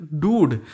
dude